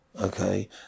Okay